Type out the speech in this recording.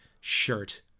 shirt